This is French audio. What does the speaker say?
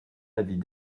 avis